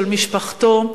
של משפחתו,